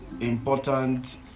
important